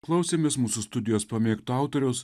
klausėmės mūsų studijos pamėgto autoriaus